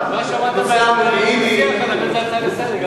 אני מציע להעביר את זה להצעה לסדר-היום.